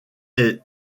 est